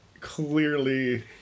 clearly